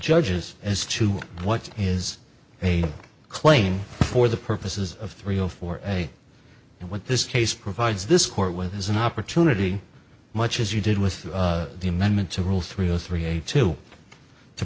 judges as to what is a claim for the purposes of three or four a and what this case provides this court with is an opportunity much as you did with the amendment to rule three zero three eight two to